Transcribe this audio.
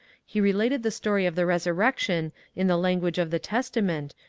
he related the story of the resurrection in the language of the testament,